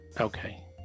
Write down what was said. Okay